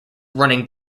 running